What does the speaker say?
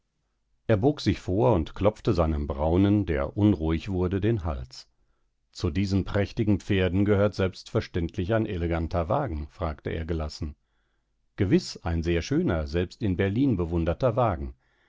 er bog sich vor und klopfte seinem braunen der unruhig wurde den hals zu diesen prächtigen pferden gehört selbstverständlich ein eleganter wagen fragte er gelassen gewiß ein sehr schöner selbst in berlin bewunderter wagen